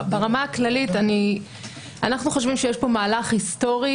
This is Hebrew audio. ברמה הכללית אנחנו חושבים שיש פה מהלך היסטורי